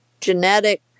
genetic